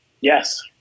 Yes